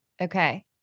Okay